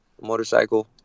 motorcycle